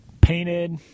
painted